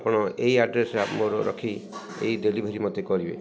ଆପଣ ଏଇ ଆଡ଼୍ରେସ୍ ମୋର ରଖି ଏଇ ଡେଲିଭରି ମୋତେ କରିବେ